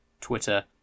twitter